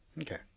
Okay